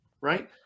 right